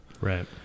right